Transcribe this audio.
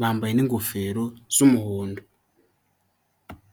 bambaye n'ingofero z'umuhondo.